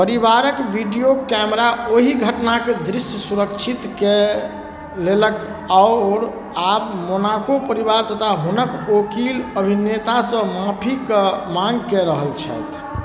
परिवारके video camera ओहि घटनाके दृश्य सुरक्षित कऽ लेलक आओर आब मोनाको परिवार तथा हुनक ओकिल अभिनेतासँ माफीके माँग कऽ रहल छथि